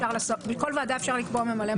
לכל ועדה אפשר לקבוע ממילא מקום.